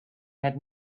had